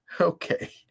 Okay